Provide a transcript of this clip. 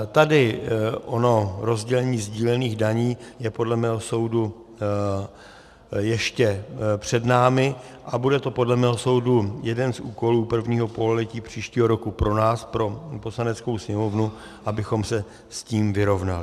Tady ono rozdělení sdílených daní je podle mého soudu ještě před námi a bude to podle mého soudu jeden z úkolů prvního pololetí příštího roku pro nás, pro Poslaneckou sněmovnu, abychom se s tím vyrovnali.